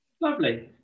Lovely